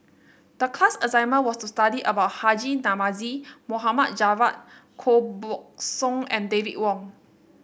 the class assignment was to study about Haji Namazie Mohd Javad Koh Buck Song and David Wong